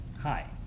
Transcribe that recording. Hi